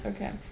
Okay